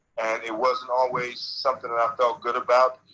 it wasn't always something that i felt good about.